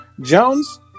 Jones